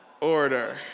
order